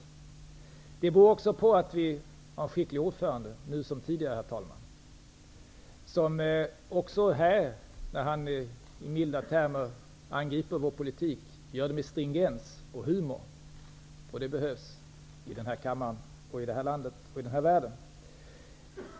Det beror också på att vi har en skicklig ordförande -- nu som tidigare, herr talman -- som också här, när han i milda termer angriper vår politik gör det med stringens och humor. Det behövs här i kammaren, i vårt land och i världen.